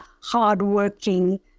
hardworking